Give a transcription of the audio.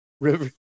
River